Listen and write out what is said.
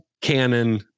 canon